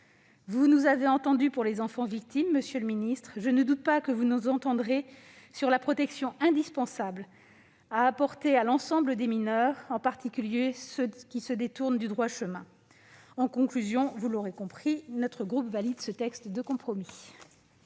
Vous nous avez entendus concernant les enfants victimes, monsieur le garde des sceaux, je ne doute pas que vous nous entendrez sur la protection qu'il est indispensable d'apporter à l'ensemble des mineurs, en particulier à ceux qui se détournent du droit chemin. Vous l'aurez compris, notre groupe votera ce texte de compromis.